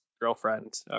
girlfriend